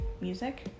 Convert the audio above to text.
music